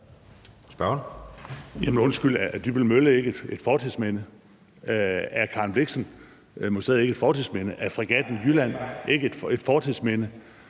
er Dybbøl Mølle ikke et fortidsminde? Er Karen Blixen Museet måske ikke et fortidsminde? Er fregatten Jylland ikke et fortidsminde?